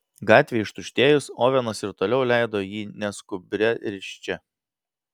gatvei ištuštėjus ovenas ir toliau leido jį neskubria risčia